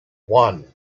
one